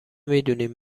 میدونم